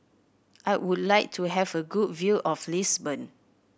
I would like to have a good view of Lisbon